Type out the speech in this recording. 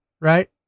right